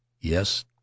Yes